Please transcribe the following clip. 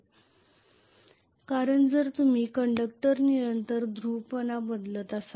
कारण जर आपण त्याकडे पाहिले तर कंडक्टर सतत ध्रुवीकरण बदलत असतात